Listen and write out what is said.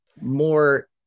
more